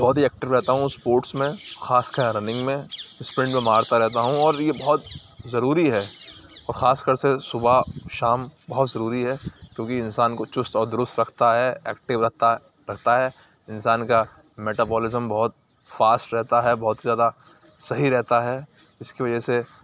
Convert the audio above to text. بہت ہی ایکٹیو رہتا ہوں اسپورٹس میں خاص کر رننگ میں اسپرنٹ میں مارتا رہتا ہوں اور یہ بہت ضروری ہے خاص کر سے صبح شام بہت ضروری ہے کیونکہ انسان کو چست اور درست رکھتا ہے ایکٹیو رکھتا رکھتا ہے انسان کا میٹابولیزم بہت فاسٹ رہتا ہے بہت زیادہ صحیح رہتا ہے اس کی وجہ سے